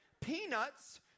peanuts